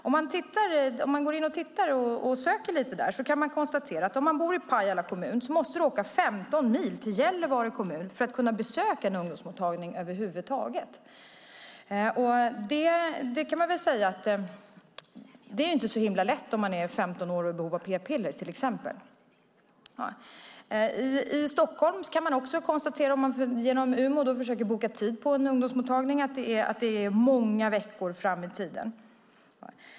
Om man söker lite där kan man konstatera att om man bor i Pajala kommun måste man åka 15 mil till Gällivare kommun för att kunna besöka en ungdomsmottagning. Det är inte så himla lätt om man är 15 år och har behov av p-piller, till exempel. Beträffande Stockholm kan man, om man genom umo.se försöker boka tid på en ungdomsmottagning, se att det är många veckor fram i tiden.